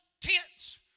tents